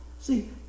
See